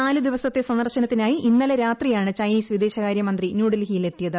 നാലു ദിവസത്തെ സന്ദർശനത്തിനായി ഇന്നലെ രാത്രിയാണ് ചൈനീസ് വിദേശകാര്യ മന്ത്രി ന്യൂഡൽഹിയിലെത്തിയത്